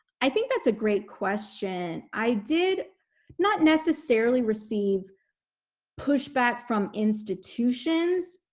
i think that's a great question. i did not necessarily receive pushback from institutions.